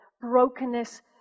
brokenness